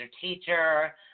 teacher